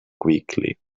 quickly